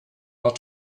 not